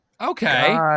okay